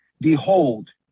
Behold